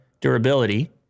durability